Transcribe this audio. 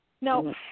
No